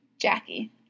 Jackie